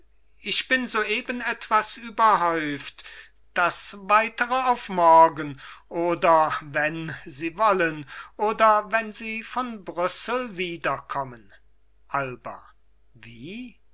ich bin soeben etwas überhäuft das weitere auf morgen oder wenn sie wollen oder wenn sie von brüssel wiederkommen alba wie